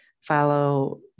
follow